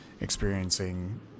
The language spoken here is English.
experiencing